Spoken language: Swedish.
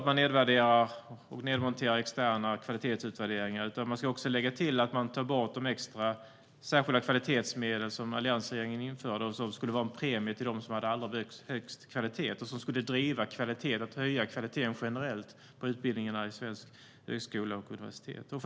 Man nedvärderar och nedmonterar inte bara externa kvalitetsutvärderingar, utan man tar också bort de extra särskilda kvalitetsmedel som alliansregeringen införde och som skulle vara en premie till dem som hade allra högst kvalitet. De skulle driva på och höja kvaliteten generellt i utbildningarna på svenska högskolor och universitet.